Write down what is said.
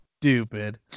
stupid